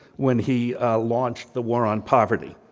when he launched the war on poverty.